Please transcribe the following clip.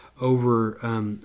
over